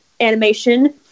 animation